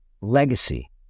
legacy